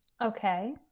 okay